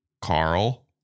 Carl